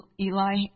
Eli